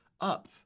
up